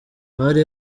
hari